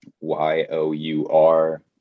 y-o-u-r